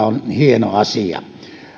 on myöskin hieno asia